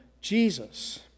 Jesus